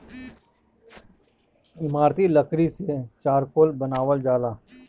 इमारती लकड़ी से चारकोल बनावल जाला